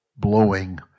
blowing